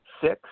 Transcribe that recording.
six